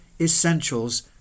essentials